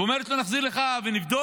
והיא אומרת לו: נחזור אליך ונבדוק,